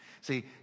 See